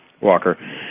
Walker